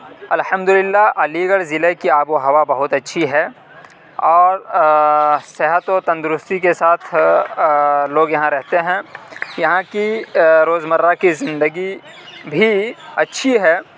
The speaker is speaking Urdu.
الحمدللہ علی گڑھ ضلع کی آب و ہوا بہت اچھی ہے اور صحت و تندرستی کے ساتھ لوگ یہاں رہتے ہیں یہاں کی روز مرہ کی زندگی بھی اچھی ہے